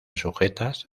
sujetas